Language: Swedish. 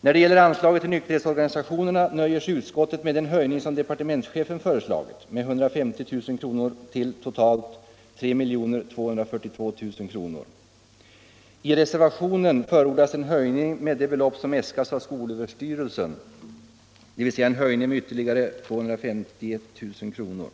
När det gäller anslaget till nykterhetsorganisationerna nöjer sig utskottet med den höjning som departementschefen föreslagit, med 150 000 kr. till totalt 3 242 000 kr. I reservationen förordas en höjning med det belopp som äskats av skolöverstyrelsen, dvs. en höjning med ytterligare 251 000 kr.